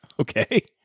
Okay